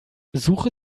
suche